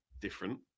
different